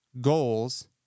goals